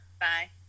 Bye